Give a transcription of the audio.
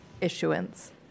issuance